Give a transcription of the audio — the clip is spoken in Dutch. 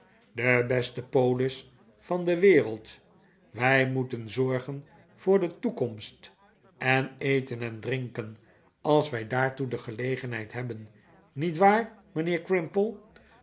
de beste polis van de wereld wij moeten zorgen voor de toekomst en eten en drinken als wij daartoe de gelegenheid hebben niet waar